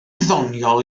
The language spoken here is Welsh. ddoniol